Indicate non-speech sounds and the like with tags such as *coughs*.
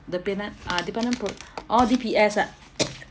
uh dependent pro~ orh D_P_S ah *coughs*